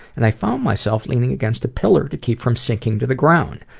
and i found myself leaning against the pillar to keep from sinking to the ground.